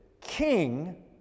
king